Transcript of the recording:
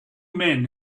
men